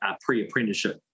pre-apprenticeship